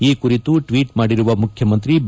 ಈ ಕುರಿತು ಟ್ನೀಟ್ ಮಾಡಿರುವ ಮುಖ್ಯಮಂತ್ರಿ ಬಿ